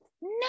No